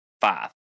five